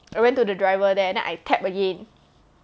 I went to the driver there then I tap again